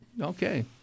Okay